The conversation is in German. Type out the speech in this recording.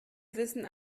wissen